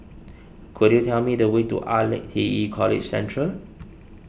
could you tell me the way to R lac T E College Central